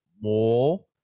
more